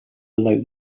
allow